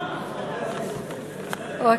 אמרתי.